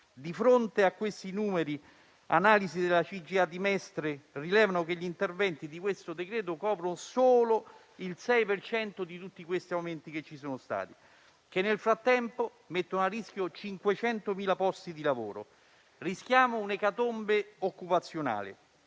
Di fronte a questi numeri, analisi della CGIA di Mestre rilevano che gli interventi di questo decreto-legge coprono solo il 6 per cento di tutti gli aumenti che si sono verificati, che nel frattempo mettono a rischio 500.000 posti di lavoro. Rischiamo un'ecatombe occupazionale